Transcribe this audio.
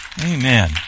Amen